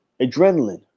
adrenaline